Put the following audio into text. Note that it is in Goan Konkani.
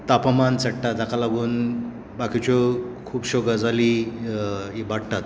तापमान चडटा ताका लागून बाकीच्यो खुबशो गजाली इबाडटात